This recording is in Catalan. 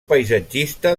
paisatgista